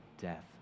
death